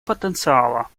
потенциала